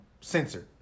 censored